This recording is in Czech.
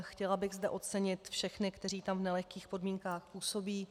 Chtěla bych zde ocenit všechny, kteří tam v nelehkých podmínkách působí.